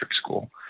school